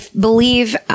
believe